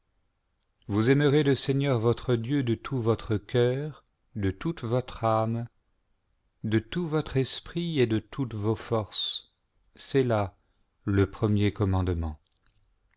vous aimerez le seigneur votre dieu de tout votre cœur de toute votre âme de tout votre esprit et de toutes vos forces c'est là le premier commandement